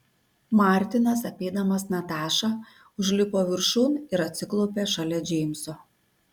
martinas apeidamas natašą užlipo viršun ir atsiklaupė šalia džeimso